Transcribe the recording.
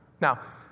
Now